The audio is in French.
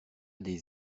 des